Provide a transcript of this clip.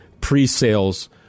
pre-sales